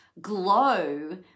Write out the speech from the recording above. glow